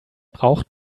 braucht